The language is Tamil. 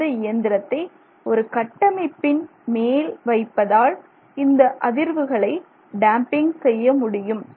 அந்த இயந்திரத்தை ஒரு கட்டமைப்பின் மேல் வைப்பதால் இந்த அதிர்வுகளை டேம்பிங் செய்ய முடியும்